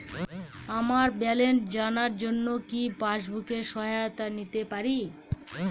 আমার ব্যালেন্স জানার জন্য কি পাসবুকের সহায়তা নিতে পারি?